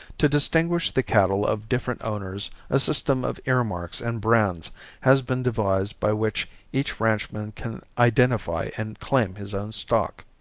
to distinguish the cattle of different owners a system of earmarks and brands has been devised by which each ranchman can identify and claim his own stock.